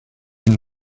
une